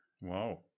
wow